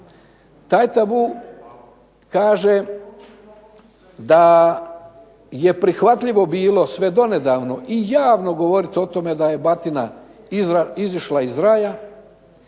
Taj tabu kaže da je prihvatljivo bilo sve donedavno i javno govoriti o tome da je batina izišla iz raja